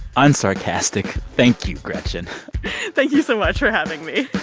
unsarcastic thank-you, gretchen thank you so much for having me